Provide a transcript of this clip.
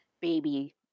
baby